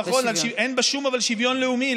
נכון, אבל אין בה שום שוויון לאומי.